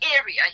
area